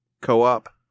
Co-op